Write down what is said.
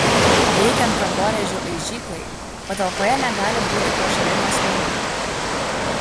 veikiant kankorėžių aižyklai patalpoje negali būti pašalinių asmenų